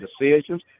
decisions